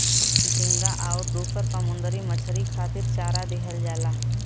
झींगा आउर दुसर समुंदरी मछरी खातिर चारा दिहल जाला